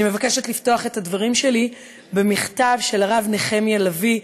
אני מבקשת לפתוח את הדברים שלי במכתב של הרב נחמיה לביא,